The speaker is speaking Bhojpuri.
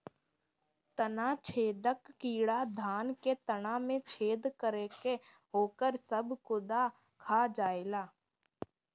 तना छेदक कीड़ा धान के तना में छेद करके ओकर सब गुदा खा जाएला